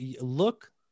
look